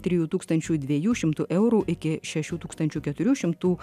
trijų tūkstančių dviejų šimtų eurų iki šešių tūkstančių keturių šimtų